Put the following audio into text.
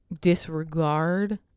disregard